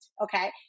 okay